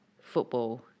football